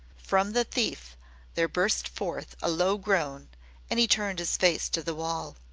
from the thief there burst forth a low groan and he turned his face to the wall.